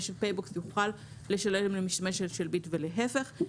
ה"פייבוקס" יוכל לשלב עם המשתמש של "ביט" ולהיפך.